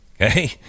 okay